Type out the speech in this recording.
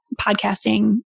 podcasting